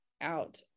out